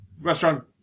restaurant